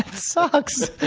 sucks.